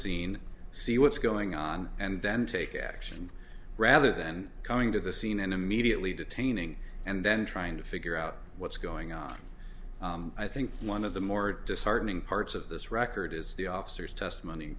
scene see what's going on and then take action rather than coming to the scene and immediately detaining and then trying to figure out what's going on i think one of the more disheartening parts of this record is the officer's testimony in